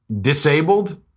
disabled